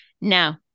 now